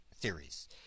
theories